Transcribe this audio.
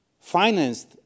financed